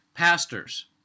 Pastors